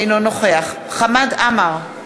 אינו נוכח חמד עמאר,